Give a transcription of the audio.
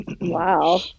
Wow